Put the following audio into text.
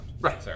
Right